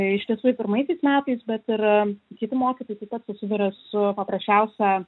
iš tiesų ir pirmaisiais metais bet ir kiti mokytojai taip pat susiduria su paprasčiausia